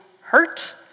hurt